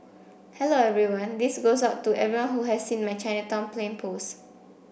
hello everyone this goes out to everyone who has seen my Chinatown plane post